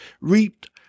reaped